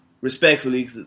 respectfully